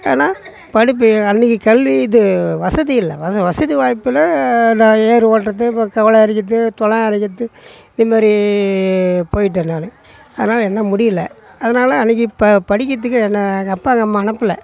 ஏன்னால் படிப்பு அன்றைக்கு கல்வி இது வசதி இல்லை வ வசதி வாய்ப்பில் நான் ஏறு ஓட்டுறது இப்போ கவலை அரைக்கிறது துள அரைக்கின்றது இந்த மாதிரி போயிட்டேன் நானு அதனால் என்ன முடியல அதனால் அன்றைக்கி ப படிக்கின்றதுக்கு என்ன எங்கள் அப்பா எங்கள் அம்மா அனுப்பல